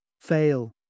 Fail